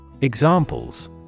examples